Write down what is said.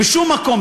בשום מקום,